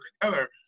together